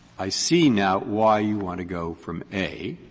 i see now why you want to go from a,